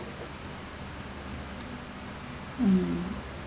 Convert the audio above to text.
mm